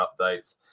updates